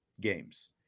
games